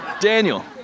Daniel